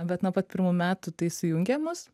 bet nuo pat pirmų metų tai sujungė mus